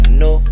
no